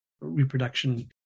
reproduction